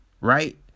right